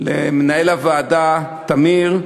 למנהל הוועדה טמיר,